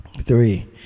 Three